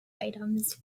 items